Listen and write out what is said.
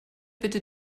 bitte